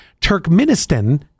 Turkmenistan